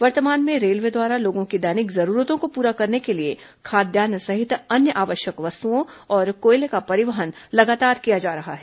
वर्तमान में रेलवे द्वारा लोगों की दैनिक जरूरतों को पूरा करने के लिए खाद्यान्न सहित अन्य आवश्यक वस्तुओं और कोयले का परिवहन लगातार किया जा रहा है